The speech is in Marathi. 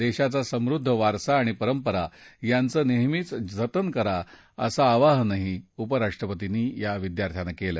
देशाचा समृद्ध वारसा आणि परंपरा यांचं नेहमीच जतन करा असं आवाहनही उपराष्ट्रपतींनी या विद्यार्थ्यांना केलं